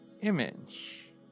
image